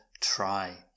try